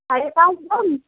साढ़े पाँच डन